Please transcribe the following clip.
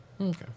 Okay